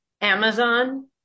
Amazon